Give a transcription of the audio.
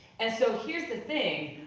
and so here's the thing,